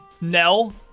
nell